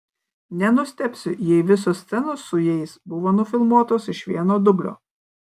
nenustebsiu jei visos scenos su jais buvo nufilmuotos iš vieno dublio